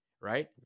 Right